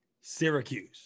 Syracuse